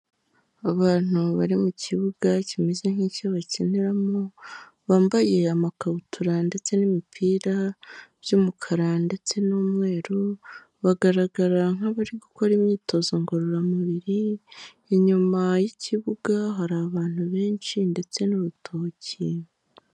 Abantu bari mu kibuga kimeze nk'icyo bakiniramo, bambaye amakabutura ndetse n'imipira by'umukara ndetse n'umweru, bagaragara nk'abari gukora imyitozo ngororamubiri, inyuma y'ikibuga hari abantu benshi ndetse n'urutoki.